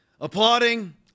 applauding